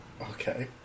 Okay